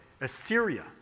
Assyria